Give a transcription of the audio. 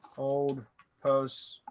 old posts,